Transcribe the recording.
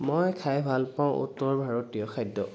মই খাই ভাল পাওঁ উত্তৰ ভাৰতীয় খাদ্য